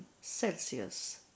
Celsius